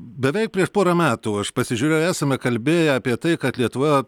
beveik prieš porą metų aš pasižiūrėjau esame kalbėję apie tai kad lietuvoje